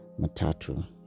matatu